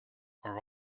are